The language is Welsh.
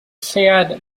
lleuad